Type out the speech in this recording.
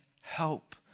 help